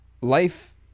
life